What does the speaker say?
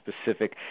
specific